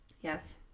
Yes